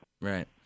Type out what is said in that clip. Right